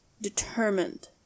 determined